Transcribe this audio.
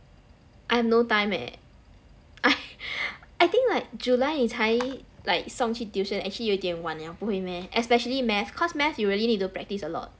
I have no time eh I I think like july 你才 like 送去 tuition actually 有点晚 liao 不会 meh especially math cause math you really need to practice a lot